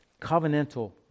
covenantal